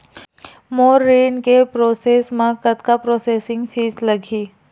मोर ऋण के प्रोसेस म कतका प्रोसेसिंग फीस लगही?